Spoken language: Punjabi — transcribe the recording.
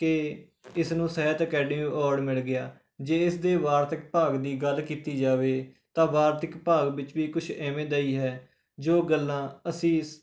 ਕਿ ਇਸ ਨੂੰ ਸਾਹਿਤ ਅਕੈਡਮੀ ਐਵਾਰਡ ਮਿਲ ਗਿਆ ਜੇ ਇਸ ਦੇ ਵਾਰਤਕ ਭਾਗ ਦੀ ਗੱਲ ਕੀਤੀ ਜਾਵੇ ਤਾਂ ਵਾਰਤਕ ਭਾਗ ਵਿਚ ਵੀ ਕੁਛ ਐਵੇਂ ਦਾ ਹੀ ਹੈ ਜੋ ਗੱਲਾਂ ਅਸੀਂ